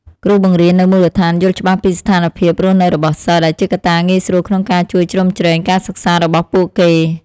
គ្រូបង្រៀននៅមូលដ្ឋានយល់ច្បាស់ពីស្ថានភាពរស់នៅរបស់សិស្ស ដែលជាកត្តាងាយស្រួលក្នុងការជួយជ្រោមជ្រែងការសិក្សារបស់ពួកគេ។